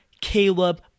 Caleb